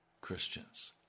Christians